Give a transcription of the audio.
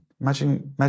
Imagine